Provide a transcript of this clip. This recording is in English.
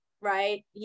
right